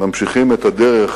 ממשיכים את הדרך